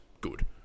good